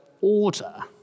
order